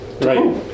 Right